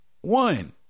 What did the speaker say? One